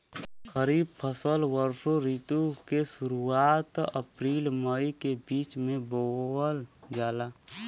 खरीफ फसल वषोॅ ऋतु के शुरुआत, अपृल मई के बीच में बोवल जाला